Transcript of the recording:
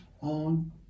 on